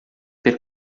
per